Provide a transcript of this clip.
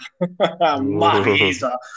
Marisa